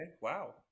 wow